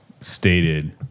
stated